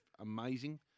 amazing